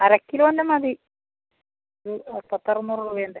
അര കിലോയുടെ മതി ഒരു പത്ത് അറുന്നൂറു രൂപയുടെ